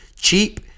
Cheap